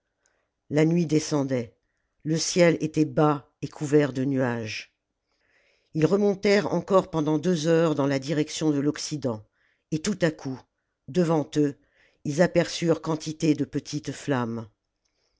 la nuit descendait le ciel était bas et couvert de nuages ils remontèrent encore pendant deux heures dans la direction de l'occident et tout à coup devant eux ils aperçurent quantité de petites flammes